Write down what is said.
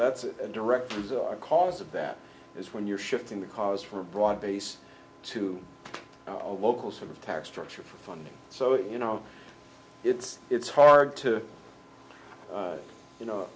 that's and directors are cause of that is when you're shifting the cause for a broad base to a local sort of tax structure funding so it you know it's it's hard to you know